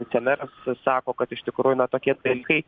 vicemeras sako kad iš tikrųjų na tokie dalykai